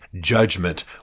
judgment